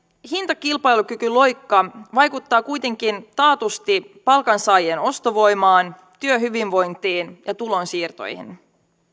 hintakilpailukykyloikka vaikuttaa kuitenkin taatusti palkansaajien ostovoimaan työhyvinvointiin ja tulonsiirtoihin